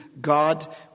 God